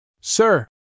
Sir